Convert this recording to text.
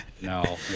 No